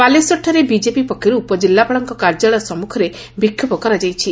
ବାଲେଶ୍ୱରଠାରେ BJP ପକ୍ଷରୁ ଉପଜିଲ୍ଲାପାଳଙ୍କ କାର୍ଯ୍ୟାଳୟ ସମ୍ମୁଖରେ ବିଷୋଭ କରାଯାଇଛି